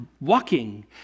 walking